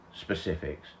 specifics